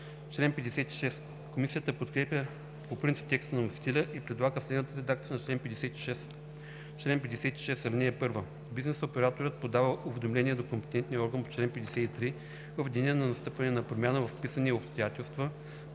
им.“ Комисията подкрепя по принцип текста на вносителя и предлага следната редакция на чл. 56: „Чл. 56. (1) Бизнес операторът подава уведомление до компетентния орган по чл. 53 в деня на настъпване на промяна във вписани обстоятелства